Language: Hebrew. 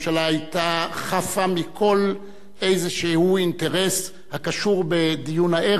היתה חפה מכל אינטרס כלשהו הקשור בדיון הערב.